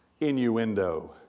innuendo